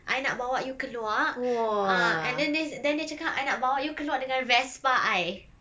I nak bawa you keluar uh and then dia then dia cakap I nak bawa you keluar dengan Vespa I